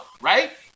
right